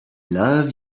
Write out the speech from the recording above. love